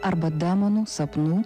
arba demonų sapnų